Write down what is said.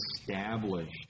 established